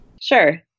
Sure